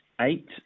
eight